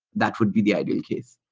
that would be the ideal case.